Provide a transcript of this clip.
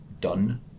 done